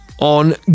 on